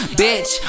bitch